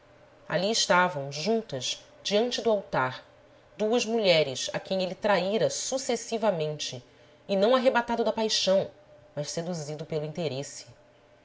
ali estavam juntas diante do altar duas mulheres a quem ele traíra sucessivamente e não arrebatado da paixão mas seduzido pelo interesse